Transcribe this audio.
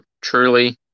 truly